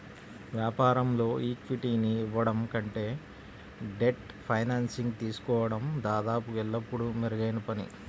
వ్యాపారంలో ఈక్విటీని ఇవ్వడం కంటే డెట్ ఫైనాన్సింగ్ తీసుకోవడం దాదాపు ఎల్లప్పుడూ మెరుగైన పని